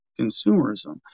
consumerism